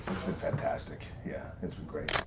been fantastic. yeah, it's been great.